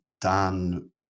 Dan